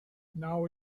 now